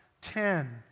ten